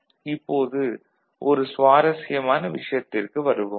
இப்போது ஒரு சுவாரஸ்யமான விஷயத்திற்கு வருவோம்